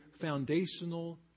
foundational